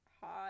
hot